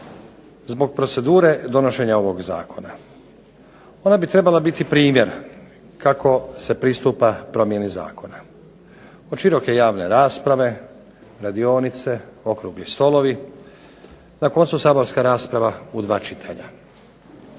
zbog procedure donošenja ovog zakona. Ona bi trebala biti primjer kako se pristupa promjeni zakona. Od široke javne rasprave, radionice, okrugli stolovi na koncu saborska rasprava u dva čitanja.